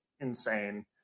insane